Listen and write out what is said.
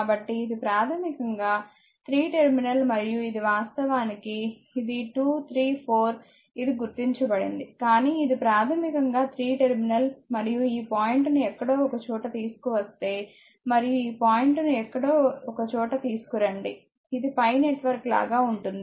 కాబట్టి ఇది ప్రాథమికంగా 3 టెర్మినల్ మరియు ఇది వాస్తవానికి ఇది 23 4 ఇది గుర్తించబడింది కానీ ఇది ప్రాథమికంగా 3 టెర్మినల్ మరియు ఈ పాయింట్ను ఎక్కడో ఒకచోట తీసుకువస్తే మరియు ఈ పాయింట్ను ఎక్కడో ఒకచోట తీసుకురండి ఇది pi నెట్వర్క్ లాగా ఉంటుంది